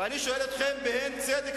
ואני שואל אתכם בהן צדק,